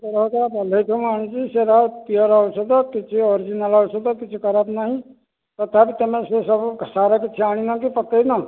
ବନ୍ଧେଇଠୁ ଆଣୁଛି ସେଟା ପିଓର୍ ଔଷଧ କିଛି ଓରିଜିନାଲ ଔଷଧ କିଛି ଖରାପ ନାହିଁ ତଥାପି ତୁମେ ସେ ସବୁ ସାର କିଛି ଆଣିନ କି ପକାଇନ